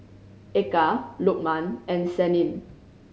Eka Lukman and Senin